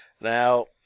Now